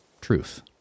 Truth